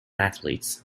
athletes